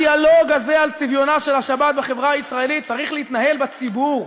הדיאלוג הזה על צביונה של השבת בחברה הישראלית צריך להתנהל בציבור,